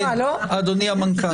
אדוני המנכ"ל.